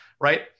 right